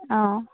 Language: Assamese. অঁ